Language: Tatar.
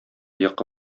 йокы